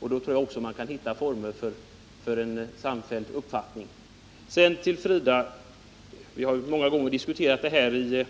Och i så fall tror jag att vi kan komma fram till en gemensam uppfattning om formerna för denna administrering.